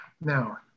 Now